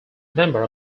member